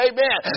Amen